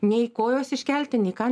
nei kojos iškelti nei ką